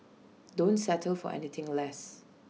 don't settle for anything less